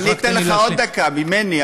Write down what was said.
אני אתן לך עוד דקה משלי,